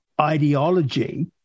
ideology